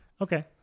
Okay